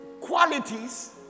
qualities